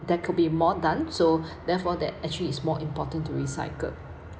there could be more done so therefore that actually is more important to recycle